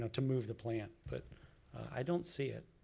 to move the plant. but i don't see it.